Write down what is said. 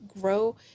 grow